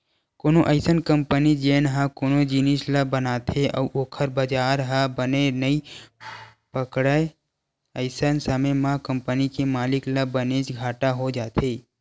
कोनो अइसन कंपनी जेन ह कोनो जिनिस ल बनाथे अउ ओखर बजार ह बने नइ पकड़य अइसन समे म कंपनी के मालिक ल बनेच घाटा हो जाथे